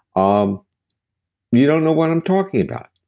um you don't know what i'm talking about.